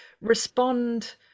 respond